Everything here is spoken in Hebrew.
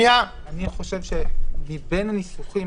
אני חושב שמבין הניסוחים,